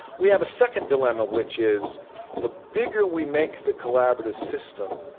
we have a second dilemma, which is the bigger we make the collaborative system,